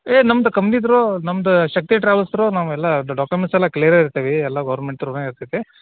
ಏ ನಮ್ದು company through ನಮ್ದು ಶಕ್ತಿ ಟ್ರಾವೆಲ್ಸ್ ತ್ರೂ ನಾವೆಲ್ಲ ಡಾಕ್ಯುಮೆಂಟ್ಸ್ ಎಲ್ಲ ಕ್ಲೀಯರೆ ಇರ್ತೀವಿ ಎಲ್ಲ ಗೌರ್ಮೆಂಟ್ ತ್ರೂನೆ ಇರ್ತೆತಿ